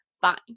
fine